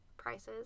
prices